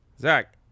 Zach